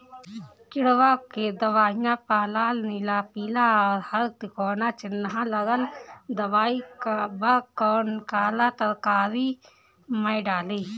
किड़वा के दवाईया प लाल नीला पीला और हर तिकोना चिनहा लगल दवाई बा कौन काला तरकारी मैं डाली?